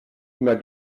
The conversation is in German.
immer